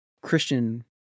Christian